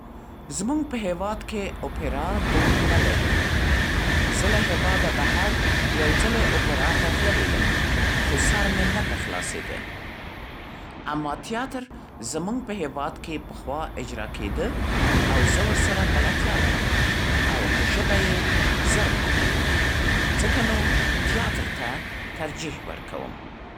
زموږ په هېواد کې اوپېرا دود نه لري. زه له هېواده بهر یو ځلې اوپېرا ته تللې یم خو سر مې نه پرې خلاصېده. اما تیاتر زموږ په هېواد کې پخوا اجرأ کېده او زه ورسره بلدتیا لرم او په ژبه یې زر پوهېږم. ځکه نو تیاتر ته ترجېح ورکوم.